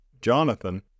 Jonathan